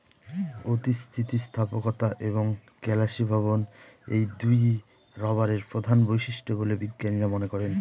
অতি স্থিতিস্থাপকতা এবং কেলাসীভবন এই দুইই রবারের প্রধান বৈশিষ্ট্য বলে বিজ্ঞানীরা মনে করেন